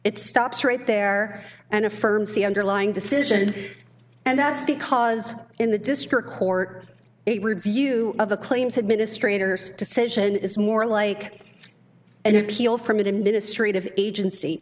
it stops right there and affirms the underlying decision and that's because in the district court a review of a claims administrators decision is more like an appeal from a to ministry of agency